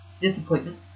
Disappointment